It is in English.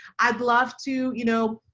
i'd love to, you know,